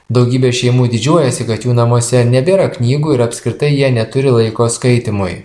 daugybė šeimų didžiuojasi kad jų namuose nebėra knygų ir apskritai jie neturi laiko skaitymui